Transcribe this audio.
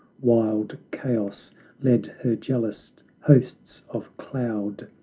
wild chaos led her jealous hosts of cloud,